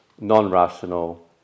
non-rational